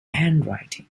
handwriting